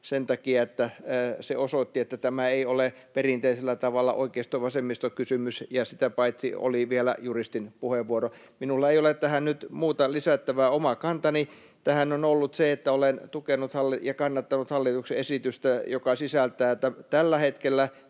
sen takia, että se osoitti, että tämä ei ole perinteisellä tavalla oikeisto—vasemmisto-kysymys, ja sitä paitsi se oli vielä juristin puheenvuoro. Minulla ei ole tähän nyt muuta lisättävää. Oma kantani tähän on ollut se, että olen tukenut ja kannattanut hallituksen esitystä, joka sisältää tällä hetkellä,